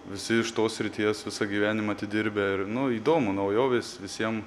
visi iš tos srities visą gyvenimą atidirbę ir nu įdomu naujovės visiem